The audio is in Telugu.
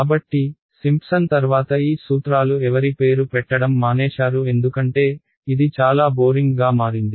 కాబట్టి సింప్సన్ తర్వాత ఈ సూత్రాలు ఎవరి పేరు పెట్టడం మానేశారు ఎందుకంటే ఇది చాలా బోరింగ్గా మారింది